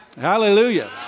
Hallelujah